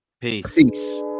peace